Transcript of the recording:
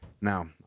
Now